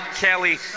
Kelly